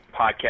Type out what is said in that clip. podcast